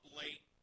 late